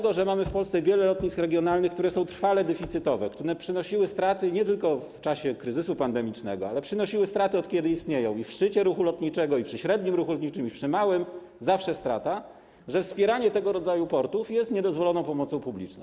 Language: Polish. Ponieważ mamy w Polsce wiele lotnisk regionalnych, które są trwale deficytowe, które przynosiły straty nie tylko w czasie kryzysu pandemicznego, ale przynosiły straty, od kiedy istnieją - i w szczycie ruchu lotniczego, i przy średnim ruchu lotniczym, i przy małym, zawsze strata - to wspieranie tego rodzaju portów jest niedozwoloną pomocą publiczną.